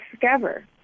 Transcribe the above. discover